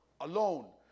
alone